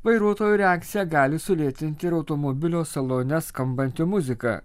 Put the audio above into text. vairuotojo reakciją gali sulėtinti ir automobilio salone skambanti muzika